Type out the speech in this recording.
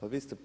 Pa vi ste